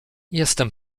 jestem